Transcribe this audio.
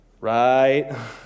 Right